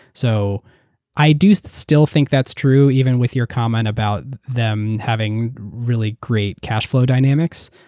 so i do so still think that's true even with your comment about them having really great cash flow dynamics.